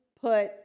put